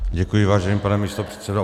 Děkuji, vážený pane místopředsedo.